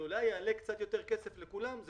שאולי זה יעלה קצת יותר כסף לכולנו.